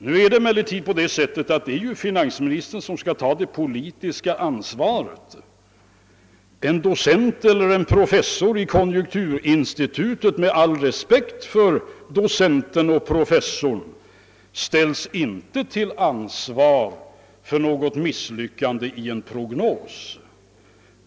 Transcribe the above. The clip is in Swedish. Det är emellertid finansministern som skall ta det politiska ansvaret. En docent eller professor på konjunkturinstitutet — med all respekt för honom — ställs inte till ansvar för ett misslyckande i en prognos.